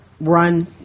run